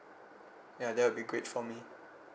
ya that will be great for me